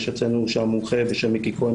יש אצלנו מומחה בשם מיקי כהן,